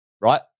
right